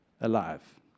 alive